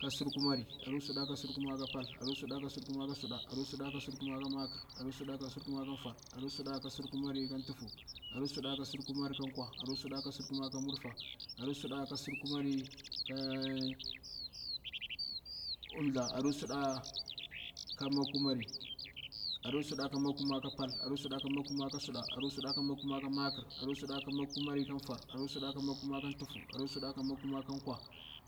Aruu suɗa ka suɗu kumari ka pal, aruu suɗa ka suɗu kumari ka suɗu, aruu suɗa ka suɗu kummari ka makr, aruu suɗu ka sudu kumari ka foar, aruu suɗa ka suɗu kummari ka ka tuhfu, aruu suɗa ka suɗu kumari ka nkwa, aruu suda ka sudu kummani ka mmurfah, aruu suda ka sudu kamari ka chissuw, aruu suɗa ka suɗu kumari ka umthdla, aruu suɗa ka makkumari aruu suɗa ka makkumari ka pal, arum ka makkurmari ka suɗa, arrun ka makkumari ka foar, arru suda ka makkumari ka tuhfa, arru suda ka makkumari ka tuhfa, aruu suda ka makkumari ka ka nkwa,